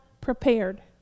Prepared